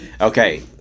Okay